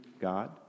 God